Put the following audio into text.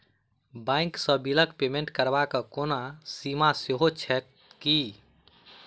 Bank सँ बिलक payment करबाक कोनो सीमा सेहो छैक की?